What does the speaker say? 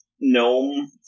gnome